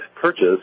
purchase